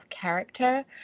character